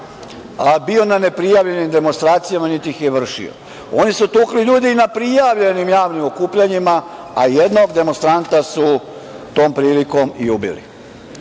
nas bio na neprijavljenim demonstracijama, niti ih je vršio. Oni su tukli ljude i na prijavljenim javnim okupljanjima, a jednog demonstranta su tom prilikom i ubili. Dakle,